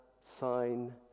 sign